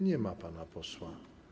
Nie ma pana posła.